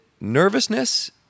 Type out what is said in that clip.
nervousness